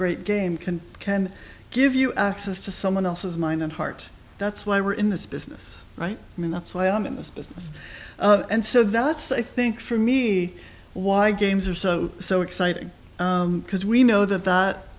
great game can can give you access to someone else's mind and heart that's why we're in this business right and that's why i'm in this business and so that's i think for me why games are so so exciting because we know that that